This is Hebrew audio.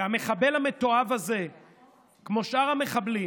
והמחבל המתועב הזה ושאר המחבלים